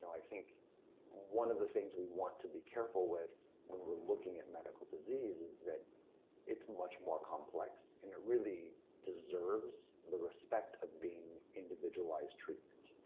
i think one of the things we want to be careful with when we're looking at medical disease is that it's much more complex and it really deserves the respect of being individualized treatment,